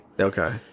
Okay